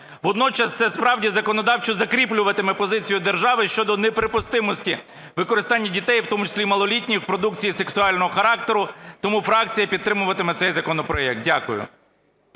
Водночас це справді законодавчо закріплюватиме позицію держави щодо неприпустимості використання дітей, в тому числі малолітніх, в продукції сексуального характеру. Тому фракція підтримуватиме цей законопроект. Дякую.